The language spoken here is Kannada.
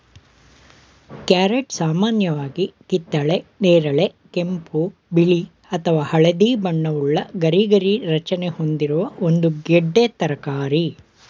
ಕ್ಯಾರಟ್ ಸಾಮಾನ್ಯವಾಗಿ ಕಿತ್ತಳೆ ನೇರಳೆ ಕೆಂಪು ಬಿಳಿ ಅಥವಾ ಹಳದಿ ಬಣ್ಣವುಳ್ಳ ಗರಿಗರಿ ರಚನೆ ಹೊಂದಿರುವ ಒಂದು ಗೆಡ್ಡೆ ತರಕಾರಿ